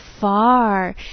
far